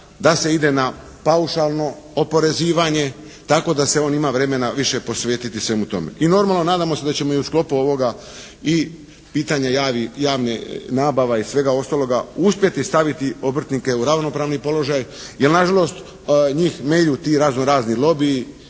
da se ide na paušalno oporezivanje tako da se on ima vremena više posvetiti svemu tome. I normalno, nadamo se da ćemo i u sklopu ovoga i pitanja javnih nabava i svega ostaloga uspjeti staviti obrtnike u ravnopravni položaj, jer nažalost njih melju ti razno-razni lobiji